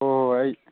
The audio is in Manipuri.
ꯑꯣ ꯑꯩ